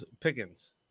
Pickens